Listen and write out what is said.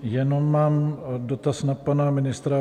Jenom mám dotaz na pana ministra.